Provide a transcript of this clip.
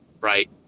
right